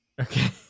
Okay